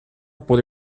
por